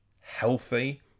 healthy